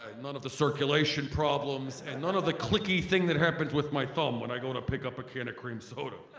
ah none of the circulation problems, and none of the clicky thing that happens with my thumb when i go to pick up a can of cream soda.